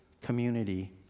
community